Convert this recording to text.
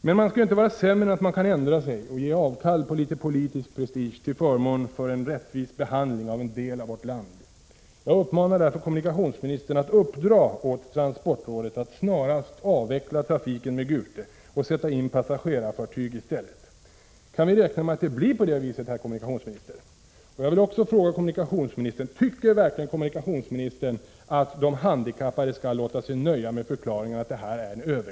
Men man skall inte vara sämre än att man kan ändra sig och ge avkall på litet politisk prestige till förmån för en rättvis behandling av en del av vårt land. Jag uppmanar därför kommunikationsministern att uppdra åt transportrådet att snarast avveckla trafiken med Gute och sätta in passagerarfartyg i stället. Kan vi räkna med att det blir på det viset, herr kommunikationsminister?